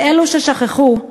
לאלו ששכחו,